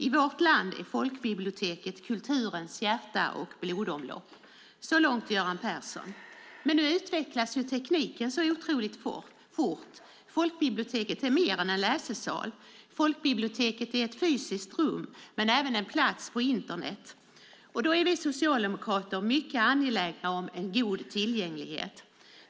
I vårt land är folkbiblioteket kulturens hjärta och blodomlopp." Så långt Göran Persson. Nu utvecklas tekniken så otroligt fort. Folkbiblioteket är mer än en läsesal. Folkbiblioteket är ett fysiskt rum men även en plats på Internet, och då är vi socialdemokrater mycket angelägna om en god tillgänglighet.